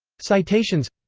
citations